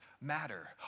matter